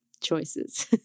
Choices